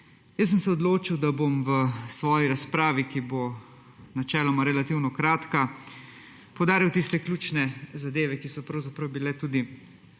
sem se, da bom v svoji razpravi, ki bo načeloma relativno kratka, poudaril tiste ključne zadeve, ki so pravzaprav bile tudi